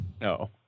No